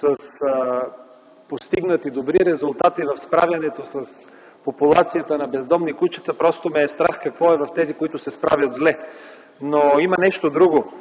с постигнати добри резултати при справянето с популацията на бездомни кучета, просто ме е страх за това какво е в тези градове, които се справят зле с проблема. Но има нещо друго.